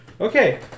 Okay